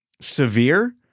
severe